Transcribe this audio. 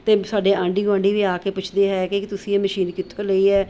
ਅਤੇ ਸਾਡੇ ਆਂਢੀ ਗੁਆਂਢੀ ਵੀ ਆ ਕੇ ਪੁੱਛਦੇ ਹੈ ਕਿ ਤੁਸੀਂ ਇਹ ਮਸ਼ੀਨ ਕਿੱਥੋਂ ਲਈ ਹੈ